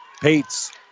Pates